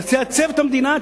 תייצב את המדינה,